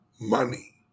money